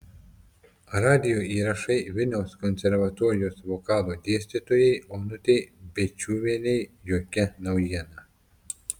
radijo įrašai vilniaus konservatorijos vokalo dėstytojai onutei bėčiuvienei jokia naujiena